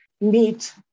meet